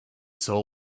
soul